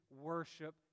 worship